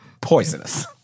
poisonous